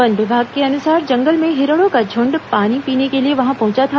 one विभाग के अनुसार जंगल में हिरणों का झूंड पानी पीर्न के लिए वहां पहुंचा था